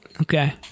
Okay